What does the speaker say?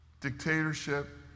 dictatorship